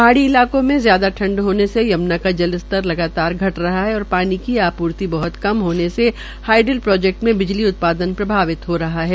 पहाड़ी इलाकों में ज्यादा ठंड होने से यम्ना का जल स्तर घट रहा है और पानी की आपूर्ति बहत कम होने से हाइडिल प्रोजेक्ट में बिजली उत्पादन प्रभावित हो रहा है